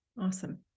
Awesome